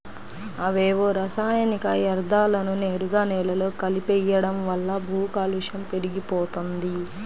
అవేవో రసాయనిక యర్థాలను నేరుగా నేలలో కలిపెయ్యడం వల్ల భూకాలుష్యం పెరిగిపోతంది